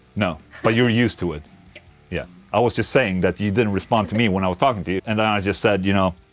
no, but you're used to it yeah, i was just saying that you didn't respond to me when i was talking to you and then i just said, you know,